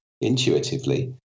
intuitively